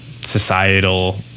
societal